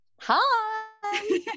Hi